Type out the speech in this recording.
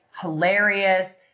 hilarious